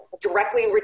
directly